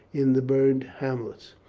in the burned hamlets.